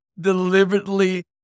deliberately